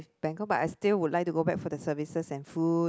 bangkok I still would like to go back for the services and food